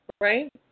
Right